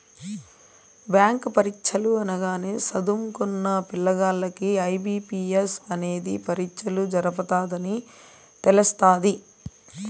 bank పరీచ్చలు అనగానే సదుంకున్న పిల్లగాల్లకి ఐ.బి.పి.ఎస్ అనేది పరీచ్చలు జరపతదని తెలస్తాది